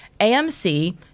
AMC